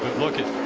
look at